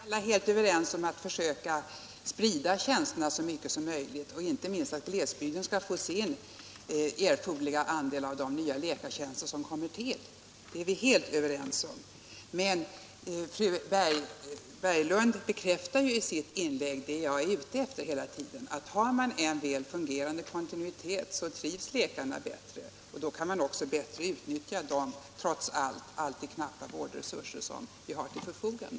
Herr talman! Vi är alla ense om att man skall försöka sprida tjänsterna så mycket som möjligt, så att inte minst glesbygden får sin andel av de nya läkartjänster som kommer till — det är vi helt överens om. Men fru Berglund bekräftade i sitt senaste inlägg vad jag hela tiden försökt säga: Har man en väl fungerande kontinuitet trivs läkarna bättre, och då kan man också utnyttja de trots allt alltid knappa vårdresurser som vi har till förfogande.